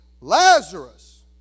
Lazarus